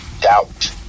doubt